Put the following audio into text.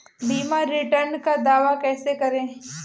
बीमा रिटर्न का दावा कैसे करें?